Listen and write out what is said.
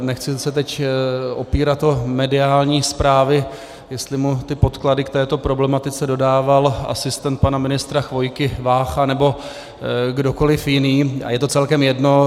Nechci se teď opírat o mediální zprávy, jestli mu ty podklady k této problematice dodával asistent pana ministra Chvojky Vácha nebo kdokoliv jiný, a je to celkem jedno.